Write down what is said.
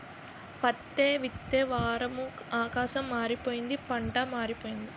పత్తే విత్తే వారము ఆకాశం మారిపోయింది పంటా మారిపోయింది